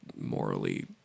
morally